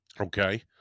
Okay